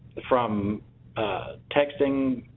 from texting,